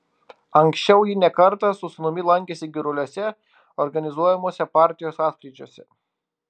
anksčiau ji ne kartą su sūnumi lankėsi giruliuose organizuojamuose partijos sąskrydžiuose